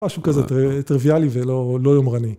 משהו כזה טריוויאלי ולא יומרני.